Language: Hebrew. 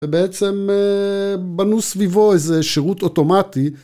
ובעצם בנו סביבו איזה שירות אוטומטי.